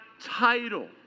title